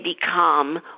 become